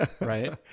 Right